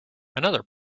another